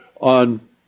on